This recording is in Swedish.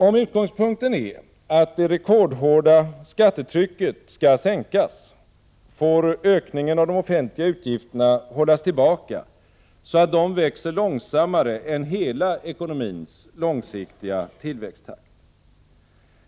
Om utgångspunkten är att det rekordhårda skattetrycket skall sänkas, får ökningen av de offentliga utgifterna hållas tillbaka så att ökningstakten är långsammare än hela ekonomins långsiktiga tillväxttakt.